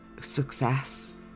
success